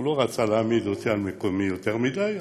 לא רצה להעמיד אותי על מקומי יותר מדי.